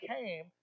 came